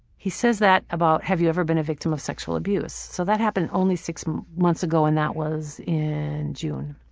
he says that about have you ever been a victim of sexual abuse. so that happened only six months ago and that was in june.